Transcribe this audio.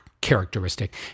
characteristic